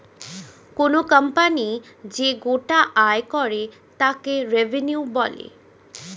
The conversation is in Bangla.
কোনো কোম্পানি যে গোটা আয় করে তাকে রেভিনিউ বলে